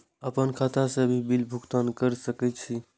आपन खाता से भी बिल भुगतान कर सके छी?